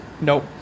nope